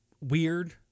weird